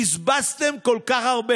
מפחדים כל כך,